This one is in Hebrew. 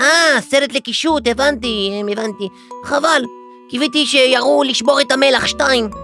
אה, סרט לקישוט. הבנתי, הבנתי. חבל, קיוויתי שיראו לשבור את המלח שתיים.